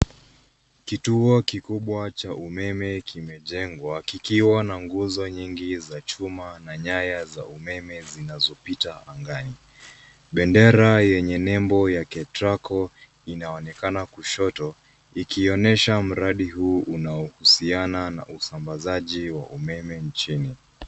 Kituo kikubwa cha umeme kimejengwa kikiwa na nguzo nyingi za chuma na nyaya za umeme zinazopita angani. Bendera yenye nembo ya KETRACO inaonekana kushoto ikionyesha mradi huu unaohusiana na usambazaji wa umeme nchini.